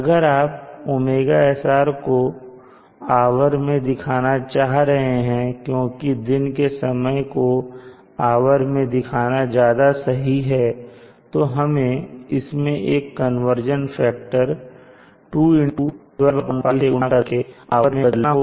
अगर आप ωsr को आवर में दिखाना चाह रहे हैं क्योंकि दिन के समय को आवर में दिखाना ज्यादा सही है तो हमें इसमें एक कन्वर्जन फैक्टर 2x12π से गुना करके आवर में बदलना होगा